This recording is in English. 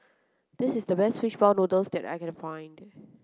this is the best fish ball noodles that I can find